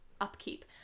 upkeep